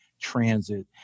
Transit